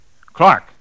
Clark